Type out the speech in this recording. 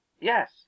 Yes